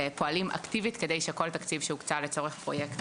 אנחנו פועלים אקטיבית כדי שכל תקציב שהוקצה לצורך פרויקט,